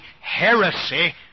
heresy